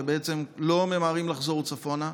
ובעצם לא ממהרים לחזור צפונה.